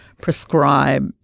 prescribe